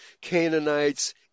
Canaanites